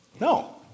No